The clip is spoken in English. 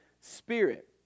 spirit